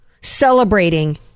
Celebrating